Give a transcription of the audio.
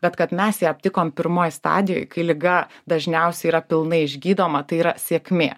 bet kad mes ją aptikom pirmoj stadijoj kai liga dažniausiai yra pilnai išgydoma tai yra sėkmė